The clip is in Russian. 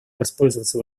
воспользоваться